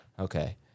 Okay